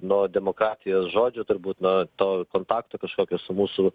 nuo demokratijos žodžio turbūt nuo to kontakto kažkokios mūsų